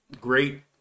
great